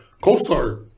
co-star